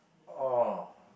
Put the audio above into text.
oh